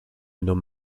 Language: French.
nomme